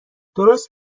درست